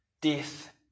Death